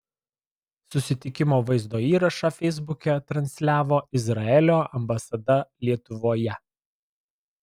susitikimo vaizdo įrašą feisbuke transliavo izraelio ambasada lietuvoje